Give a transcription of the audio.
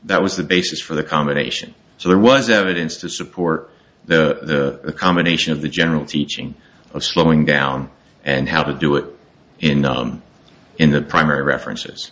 that was the basis for the combination so there was evidence to support the combination of the general teaching of slowing down and how to do it in in the primary references